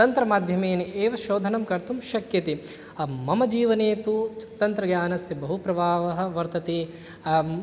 तन्त्रमाध्यमेन एव शोधनं कर्तुं शक्यते मम जीवने तु तन्त्रज्ञानस्य बहुप्रभावः वर्तते